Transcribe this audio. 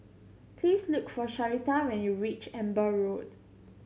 please look for Sharita when you reach Amber Road